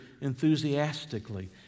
enthusiastically